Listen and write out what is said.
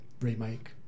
remake